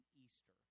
Easter